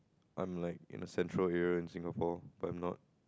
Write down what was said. I'm like in the central area in Singapore but I'm not